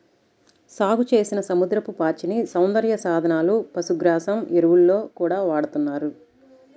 సాగుచేసిన సముద్రపు పాచిని సౌందర్య సాధనాలు, పశుగ్రాసం, ఎరువుల్లో గూడా వాడతన్నారు